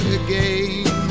again